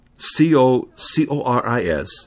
c-o-c-o-r-i-s